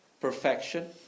perfection